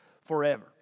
forever